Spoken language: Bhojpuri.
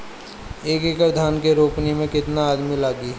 एक एकड़ धान के रोपनी मै कितनी आदमी लगीह?